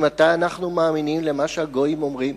ממתי אנחנו מאמינים למה שהגויים אומרים?